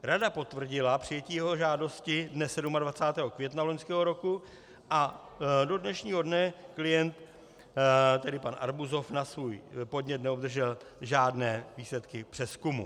Rada potvrdila přijetí jeho žádosti dne 27. května loňského roku a do dnešního dne klient, tedy pan Arbuzov, na svůj podnět neobdržel žádné výsledky přezkumu.